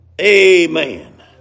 Amen